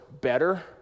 better